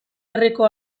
herriko